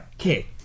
Okay